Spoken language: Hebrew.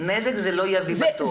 נזק זה לא יביא בטוח.